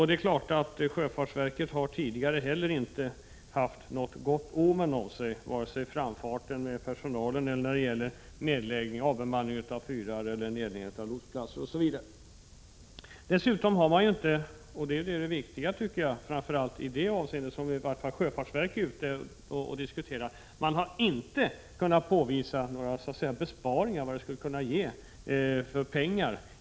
Det är klart att sjöfartsverket inte heller tidigare har haft något gott rykte när det gäller framfarten med personalen eller när det gäller avbemanning av fyrar, nedläggning av lotsplatser osv. Dessutom har man inte — och det är det viktiga, tycker jag — i det avseende som gäller sjöfartsverket kunnat påvisa några besparingar. Det har inte kunnat anges vad det hela skulle innebära i pengar.